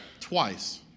twice